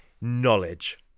knowledge